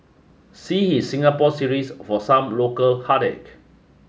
see his Singapore series for some local heartache